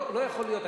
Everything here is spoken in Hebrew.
לא יכול להיות,